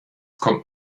kommt